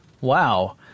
Wow